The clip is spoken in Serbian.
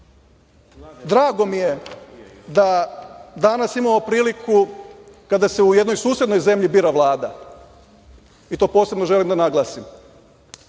mi je da danas imamo priliku kada se u jednoj susednoj zemlji bira Vlada i to posebno želim da naglasim